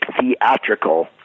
theatrical